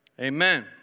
amen